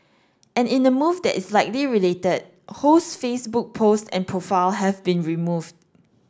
and in a move that is likely related Ho's Facebook post and profile have been removed